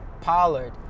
Pollard